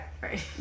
right